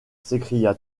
s’écria